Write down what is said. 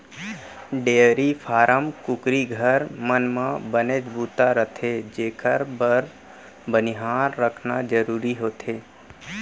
dairy farm, कुकरी घर, मन म बनेच बूता रथे जेकर बर बनिहार रखना जरूरी होथे